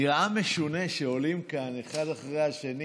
נראה משונה שעולים כאן אחד אחרי השני